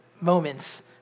moments